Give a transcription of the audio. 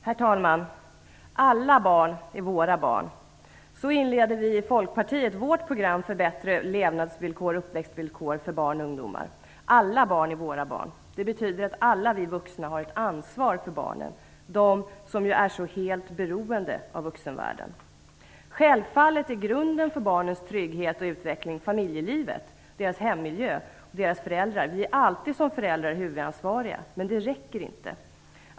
Herr talman! Alla barn är våra barn. Så inleder vi i Folkpartiet vårt program för bättre levnads och uppväxtvillkor för barn och ungdomar. Alla barn är våra barn. Det betyder att alla vi vuxna har ett ansvar för barnen, de som är så helt beroende av vuxenvärlden. Självfallet är grunden för barnens trygghet och utveckling familjelivet, deras hemmiljö och deras föräldrar. Vi är alltid som föräldrar huvudansvariga, men det räcker inte.